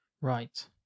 right